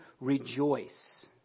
rejoice